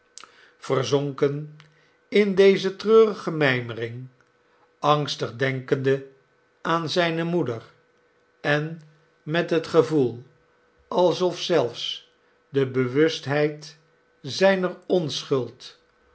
verzonken in deze treurige mijmering angstig denkende aan zijne moeder en met het gevoel alsof zelfs de bewustheid zijner onschuld